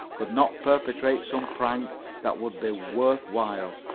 could not perpetrate some prank that would be worth while.